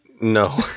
No